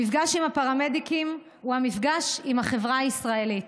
המפגש עם הפרמדיקים הוא המפגש עם החברה הישראלית.